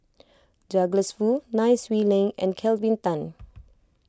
Douglas Foo Nai Swee Leng and Kelvin Tan